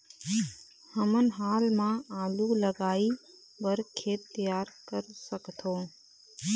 हमन हाल मा आलू लगाइ बर खेत तियार कर सकथों?